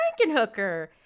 Frankenhooker